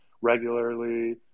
Regularly